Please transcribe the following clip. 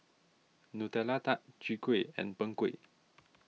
Nutella Tart Chwee Kueh and Png Kueh